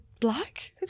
black